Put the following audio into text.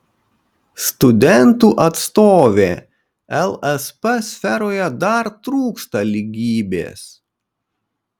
studentų atstovė lsp sferoje dar trūksta lygybės